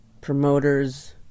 promoters